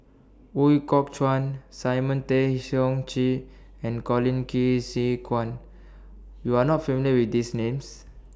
Ooi Kok Chuen Simon Tay Seong Chee and Colin Qi Zhe Quan YOU Are not familiar with These Names